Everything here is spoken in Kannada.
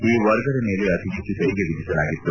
ಈ ವರ್ಗದ ಮೇಲೆ ಅತಿ ಹೆಚ್ಚು ತೆರಿಗೆ ವಿಧಿಸಲಾಗಿತ್ತು